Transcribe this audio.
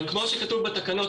אבל כמו שכתוב בתקנות,